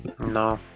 No